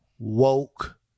Woke